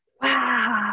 wow